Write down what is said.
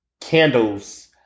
candles